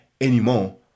anymore